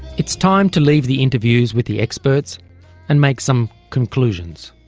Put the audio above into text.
it's time to leave the interviews with the experts and make some conclusions.